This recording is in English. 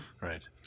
Right